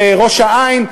בראש-העין,